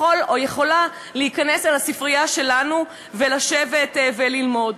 יכול או יכולה להיכנס אל הספרייה שלנו ולשבת וללמוד.